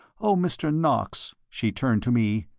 oh, mr. knox, she turned to me,